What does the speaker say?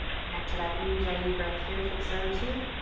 connect to that ujjayi breath here if it serves you.